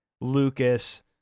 Lucas